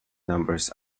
numbers